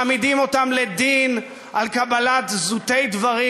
מעמידים אותם לדין על קבלת זוטי דברים,